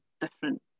different